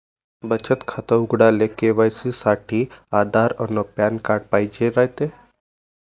बचत खातं उघडाले के.वाय.सी साठी आधार अन पॅन कार्ड पाइजेन रायते